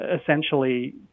essentially